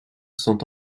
sont